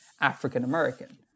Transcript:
African-American